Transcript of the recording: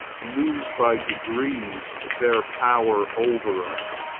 lose by degrees their power over us.